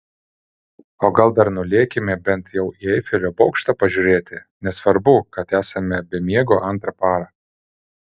o gal dar nulėkime bent jau į eifelio bokštą pažiūrėti nesvarbu kad esame be miego antrą parą